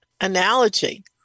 analogy